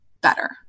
better